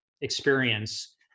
experience